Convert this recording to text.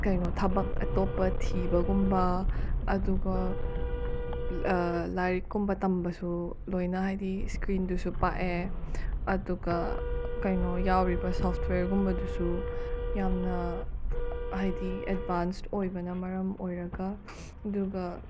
ꯀꯩꯅꯣ ꯊꯕꯛ ꯑꯇꯣꯞꯄ ꯊꯤꯕꯒꯨꯝꯕ ꯑꯗꯨꯒ ꯂꯥꯏꯔꯤꯛꯀꯨꯝꯕ ꯇꯝꯕꯁꯨ ꯂꯣꯏꯅ ꯍꯥꯏꯗꯤ ꯁ꯭ꯀ꯭ꯔꯤꯟꯗꯨꯁꯨ ꯄꯥꯛꯑꯦ ꯑꯗꯨꯒ ꯀꯩꯅꯣ ꯌꯥꯎꯔꯤꯕ ꯁꯣꯐꯠꯋꯦꯌꯔꯒꯨꯝꯕꯗꯨꯁꯨ ꯌꯥꯝꯅ ꯍꯥꯏꯗꯤ ꯑꯦꯗꯚꯥꯟꯁ ꯑꯣꯏꯕꯅ ꯃꯔꯝ ꯑꯣꯏꯔꯒ ꯑꯗꯨꯒ